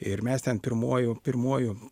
ir mes ten pirmuoju pirmuoju